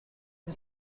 این